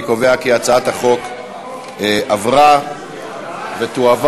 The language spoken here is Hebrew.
אני קובע כי הצעת החוק עברה, ותועבר